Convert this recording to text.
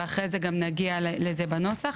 ואחר כך נגיע לזה בנוסח,